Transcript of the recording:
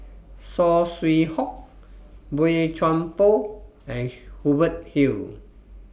Saw Swee Hock Boey Chuan Poh and Hubert Hill